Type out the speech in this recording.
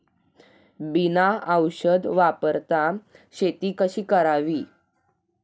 बिना औषध वापरता शेती कशी करावी?